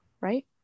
right